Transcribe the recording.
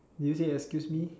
did you say excuse me